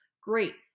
Great